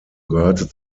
gehörte